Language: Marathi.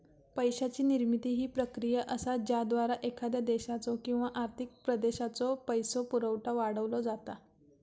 पैशाची निर्मिती ही प्रक्रिया असा ज्याद्वारा एखाद्या देशाचो किंवा आर्थिक प्रदेशाचो पैसो पुरवठा वाढवलो जाता